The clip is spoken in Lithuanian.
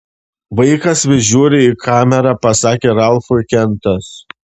vaikas vis žiūri į kamerą pasakė ralfui kentas